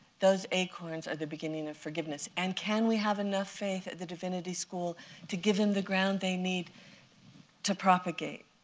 those acorns are the beginning of forgiveness. and can we have enough faith at the divinity school to give them the ground they need to propagate,